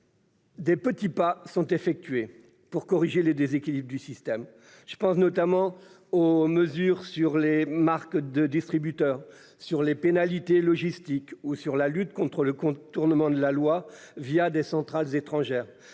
de petits pas sont effectués pour corriger les déséquilibres du système. Je pense notamment aux mesures sur les MDD, les pénalités logistiques ou la lutte contre les contournements de la loi les centrales étrangères.